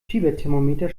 fieberthermometer